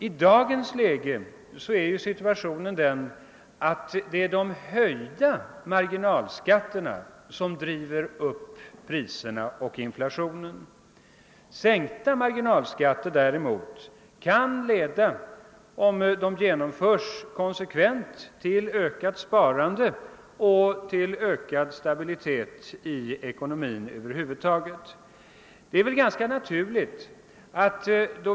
I dagens läge är situationen den, att det är de höjda marginalskatterna som driver upp priserna och inflationen. Däremot kan sänkningar av marginalskatten, om de genomförs konsekvent, leda till ökat sparande och till ökad stabilitet över huvud taget i vår ekonomi.